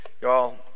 Y'all